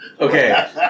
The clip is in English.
Okay